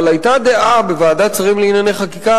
אבל היתה דעה בוועדת שרים לענייני חקיקה